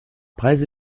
preise